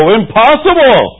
impossible